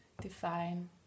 define